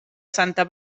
santa